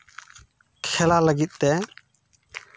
ᱠᱷᱮᱞᱟ ᱞᱟᱹᱜᱤᱫ ᱛᱮ